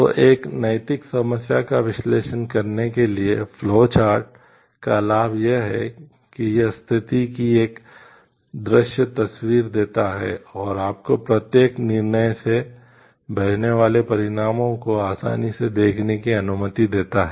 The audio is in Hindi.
तो एक नैतिक समस्या का विश्लेषण करने के लिए फ्लो चार्ट का लाभ यह है कि यह स्थिति की एक दृश्य तस्वीर देता है और आपको प्रत्येक निर्णय से बहने वाले परिणामों को आसानी से देखने की अनुमति देता है